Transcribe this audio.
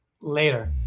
Later